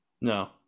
No